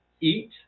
Eat